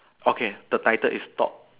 okay the title is thought